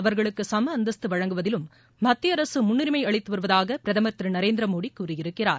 அவர்களுக்கு சம அந்தஸ்து வழங்குவதிலும் மத்திய அரசு முன்னுரிமை அளித்து வருவதாக பிரதமர் திரு நரேந்திர மோடி கூறியிருக்கிறார்